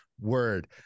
word